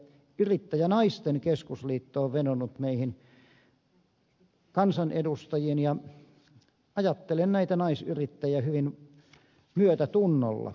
yrittäjänaisten keskusliitto on vedonnut meihin kansanedustajiin ja ajattelen näitä naisyrittäjiä hyvin myötätunnolla